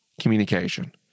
communication